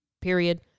Period